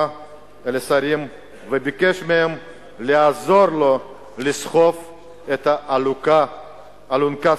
לשרים וביקש מהם לעזור לו לסחוב האלונקה.